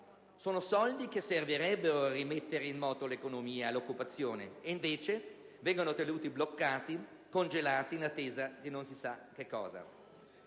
Sono soldi che servirebbero a rimettere in moto l'economia e l'occupazione e invece vengono tenuti bloccati, congelati in attesa di non si sa che cosa.